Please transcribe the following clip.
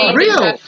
real